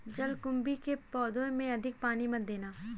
जलकुंभी के पौधों में अधिक पानी मत देना